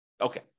Okay